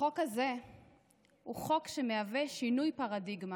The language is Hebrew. החוק הזה הוא חוק שמהווה שינוי פרדיגמה,